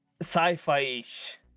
sci-fi-ish